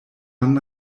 man